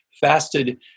fasted